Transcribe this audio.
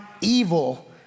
evil